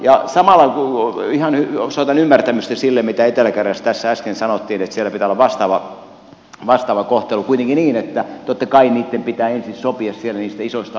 ja samalla kun ihan osoitan ymmärtämystä sille mitä etelä karjalasta tässä äsken sanottiin että siellä pitää olla vastaava kohtelu kuitenkin on niin että totta kai niitten pitää ensin sopia siellä niistä isoista alueista